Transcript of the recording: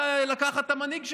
לקחת את המנהיג שלו.